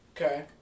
Okay